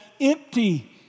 empty